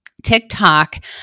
TikTok